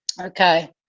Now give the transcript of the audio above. okay